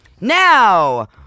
Now